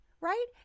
right